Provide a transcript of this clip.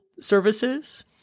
services